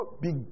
big